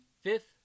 fifth